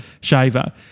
Shaver